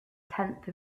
tenth